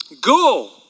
go